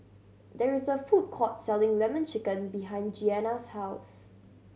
there is a food court selling Lemon Chicken behind Jeanna's house